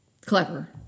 clever